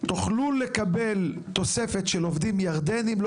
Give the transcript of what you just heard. שתוכלו לקבל תוספת של עובדים ירדנים לא